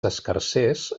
escarsers